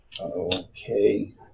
Okay